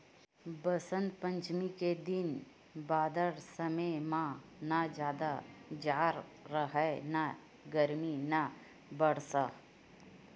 बसंत पंचमी के दिन बादर समे म न जादा जाड़ राहय न गरमी न बरसा